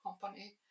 company